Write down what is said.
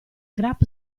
grap